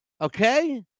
okay